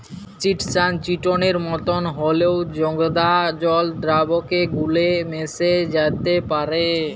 chitosan চিটনের মতন হঁল্যেও জঁদা জল দ্রাবকে গুল্যে মেশ্যে যাত্যে পারে